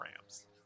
Rams